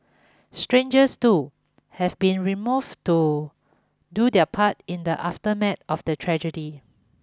strangers too have been removed to do their part in the after mat of the tragedy